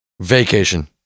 Vacation